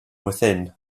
within